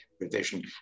revision